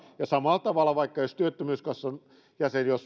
ja samalla tavalla vaikka jos työttömyyskassan jäsen